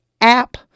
app